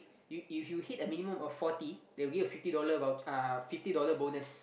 you if you hit a minimum of forty they will give you a fifty dollar voucher uh fifty dollar bonus